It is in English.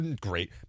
Great